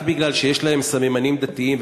רק מפני שיש להם סממנים דתיים,